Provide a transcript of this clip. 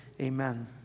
Amen